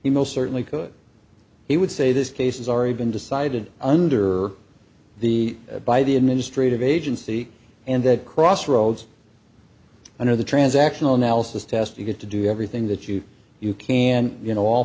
most certainly could he would say this case has already been decided under the by the administrative agency and that crossroads under the transactional analysis test you get to do everything that you you can you know all